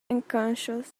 unconscious